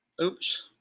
oops